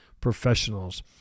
professionals